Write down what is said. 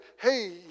hey